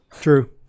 True